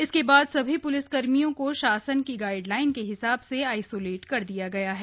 इसके बाद सभी पुलिसकर्मियों को शासन की गाइड लाइन के हिसाब से आइसोलेट कर दिया गया है